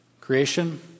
Creation